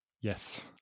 yes